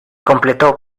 completó